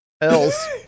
else